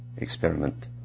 Experiment